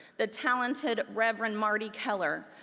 the talented rev. and marti keller,